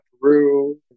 Peru